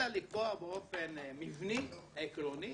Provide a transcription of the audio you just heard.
אלא באופן מבני, עקרוני